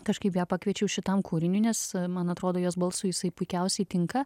kažkaip ją pakviečiau šitam kūriniui nes man atrodo jos balsui jisai puikiausiai tinka